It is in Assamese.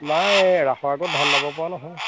নাই ৰাসৰ আগত ধান দাব পৰা নহয়